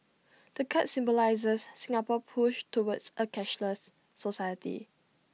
the card symbolises Singapore push towards A cashless society